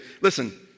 Listen